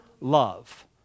love